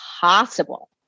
possible